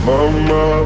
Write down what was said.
Mama